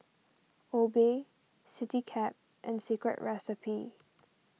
Obey CityCab and Secret Recipe